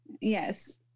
Yes